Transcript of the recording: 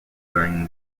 during